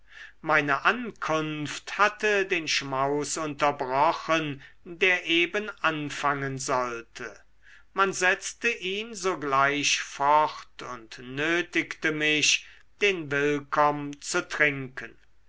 meine ankunft hatte den schmaus unterbrochen der eben anfangen sollte man setzte ihn sogleich fort und nötigte mich den willkomm zu trinken